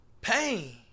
Pain